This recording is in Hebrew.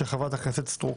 של חברת הכנסת סטרוק.